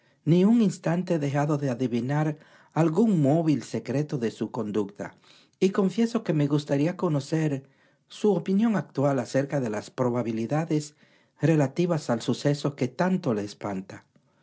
ni un instante he dejado de adivinar algún móvil secreto en su conducta y confieso que me gustaría conocer su opinión actual acerca de las probabilidades relativas al suceso que tanto le espanta